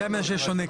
בני המנשה שונה קצת.